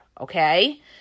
Okay